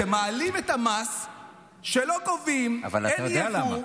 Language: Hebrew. אתם מעלים את המס שלא גובים, אין יבוא,